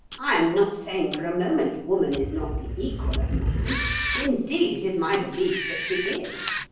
i am not saying for a moment woman is not the equal of man indeed, it is my belief that she is.